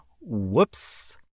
Whoops